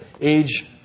age